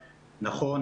נכון,